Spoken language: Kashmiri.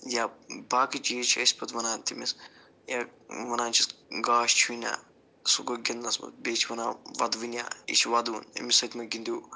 یا باقٕے چیٖز چھِ أسۍ پتہٕ وَنان تٔمِس یا وَنان چھِس گاش چھُے نا سُہ گوٚو گِنٛدنس منٛز بیٚیہِ چھِ وَنان ودوٕنیٛا یہِ چھُ ودوُن أمِس سۭتۍ مہٕ گِنٛدِو